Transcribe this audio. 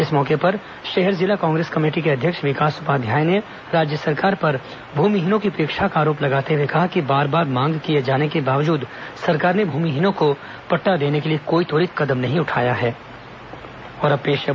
इस मौके पर शहर जिला कांग्रेस कमेटी के अध्यक्ष विकास उपाध्याय ने राज्य सरकार पर भूमिहीनों की उपेक्षा का आरोप लगाते हुए कहा कि बार बार मांग किए जाने के बावजूद सरकार ने भूमिहीनों को पट्टा देने के लिए कोई त्वरित कदम नहीं उठाया है